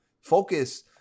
focus